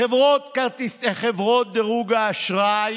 חברות דירוג האשראי,